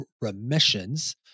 remissions